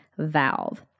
Valve